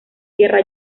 tierra